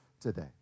today